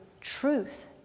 truth